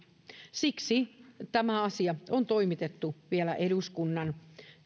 siksi tämä asia on toimitettu vielä eduskunnan